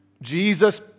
Jesus